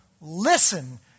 listen